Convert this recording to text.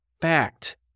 fact